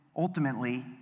ultimately